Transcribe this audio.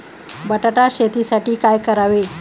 बटाटा शेतीसाठी काय करावे?